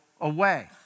away